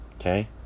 Okay